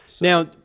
Now